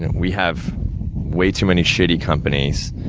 and we have way too many shitty companies,